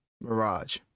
Mirage